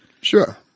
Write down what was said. Sure